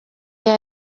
iyo